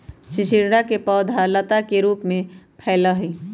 चिचिंडा के पौधवा लता के रूप में फैला हई